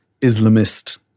Islamist